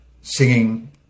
singing